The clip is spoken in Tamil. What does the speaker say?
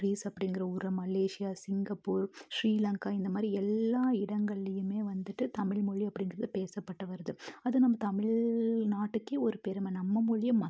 மொரிஸ் அப்படிங்கற ஊரில் மலேஷியா சிங்கப்பூர் ஸ்ரீலங்கா இந்த மாதிரி எல்லா இடங்கள்லேயுமே வந்துட்டு தமிழ் மொழி அப்படிங்கறது பேசப்பட்டு வருது அது நம்ம தமிழ் நாட்டுக்கே ஒரு பெரும நம்ம மொழியை